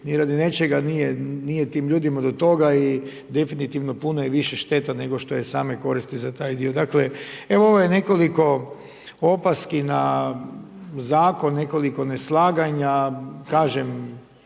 ni radi nečega, nije, nije tim ljudima do toga i definitivno puno je više šteta nego što je same koristi za taj dio. Dakle, evo ovo je nekoliko opaski na zakon, nekoliko neslaganja, kažem